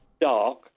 dark